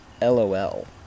LOL